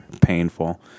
painful